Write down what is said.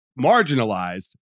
marginalized